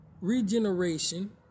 Regeneration